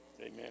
amen